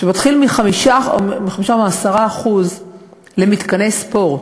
שמתחיל מ-5% או 10% למתקני ספורט.